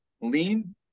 lean